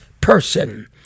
person